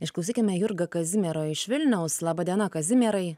išklausykime jurga kazimierą iš vilniaus laba diena kazimierai